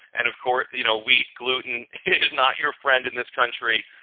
and of course, you know wheat, gluten is not your friend in this country.